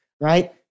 Right